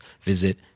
visit